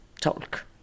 talk